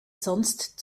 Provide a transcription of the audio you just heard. sonst